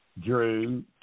Drew